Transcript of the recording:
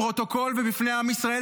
לפרוטוקול ובפני עם ישראל,